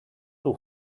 two